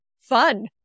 fun